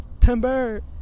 Timber